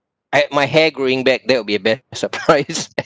I my hair growing back that will be a best surprise